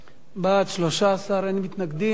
בעד, 13, אין מתנגדים.